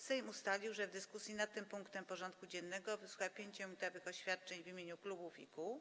Sejm ustalił, że w dyskusji nad tym punktem porządku dziennego wysłucha 5-minutowych oświadczeń w imieniu klubów i kół.